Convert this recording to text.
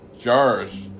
jars